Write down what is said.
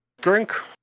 Drink